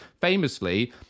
Famously